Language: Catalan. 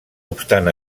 obstant